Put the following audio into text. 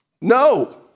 No